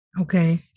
Okay